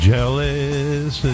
Jealous